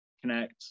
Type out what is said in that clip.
connect